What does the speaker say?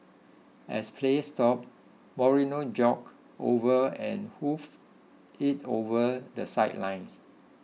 as play stopped Moreno jogged over and hoofed it over the sidelines